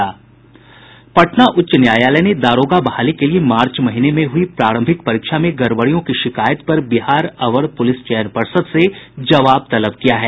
पटना उच्च न्यायालय ने दारोगा बहाली के लिए मार्च महीने में हुई प्रारंभिक परीक्षा में गड़बड़ियों की शिकायत पर बिहार अवर पुलिस चयन पर्षद से जवाब तलब किया है